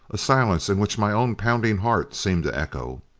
a silence in which my own pounding heart seemed to echo.